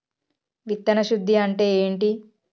విత్తన శుద్ధి అంటే ఏంటి?